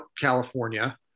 California